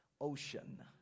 ocean